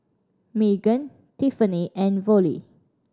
Meaghan Tiffani and Vollie